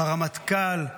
ברמטכ"ל.